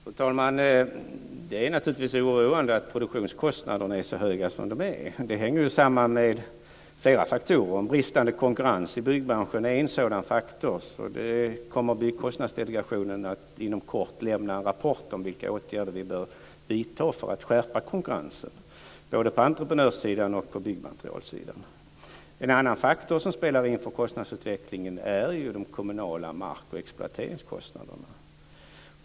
Fru talman! Det är naturligtvis oroande att produktionskostnaderna är så höga som de är. Det hänger ju samman med flera faktorer. En bristande konkurrens i byggbranschen är en sådan faktor. Byggkostnadsdelegationen kommer inom kort att lämna en rapport om vilka åtgärder vi bör vidta för att skärpa konkurrensen både på entreprenörsidan och på byggmaterialsidan. En annan faktor som spelar in för kostnadsutvecklingen är ju de kommunala mark och exploateringskostnaderna.